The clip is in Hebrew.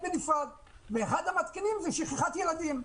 ואחד המתקינים הוא שכחת ילדים.